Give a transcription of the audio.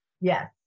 Yes